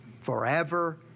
forever